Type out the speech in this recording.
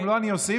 גם לו אני אוסיף,